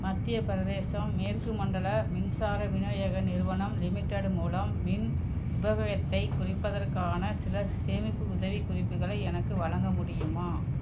மத்தியப் பிரதேசம் மேற்கு மண்டல மின்சார விநியோக நிறுவனம் லிமிடெடு மூலம் மின் உபகயோத்தைக் குறைப்பதற்கான சில சேமிப்பு உதவிக் குறிப்புகளை எனக்கு வழங்க முடியுமா